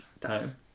time